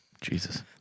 Jesus